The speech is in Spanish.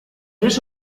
los